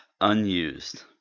Unused